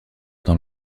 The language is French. dans